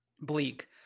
Bleak